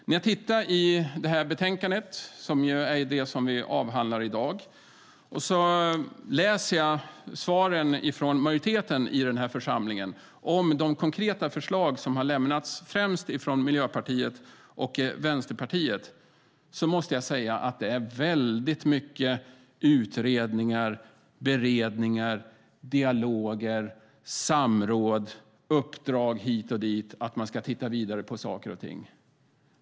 När jag tittar i det betänkande vi avhandlar i dag och läser svaren från majoriteten i den här församlingen på de konkreta förslag som har lämnats från främst Miljöpartiet och Vänsterpartiet måste jag säga att det är väldigt mycket utredningar, beredningar, dialoger, samråd och uppdrag att titta vidare på saker och ting hit och dit.